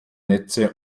netze